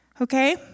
Okay